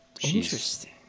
interesting